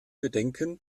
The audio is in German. bedenken